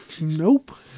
nope